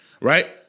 right